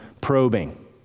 probing